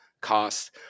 cost